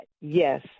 yes